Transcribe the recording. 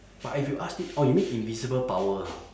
but if you ask me orh you mean invisible power ha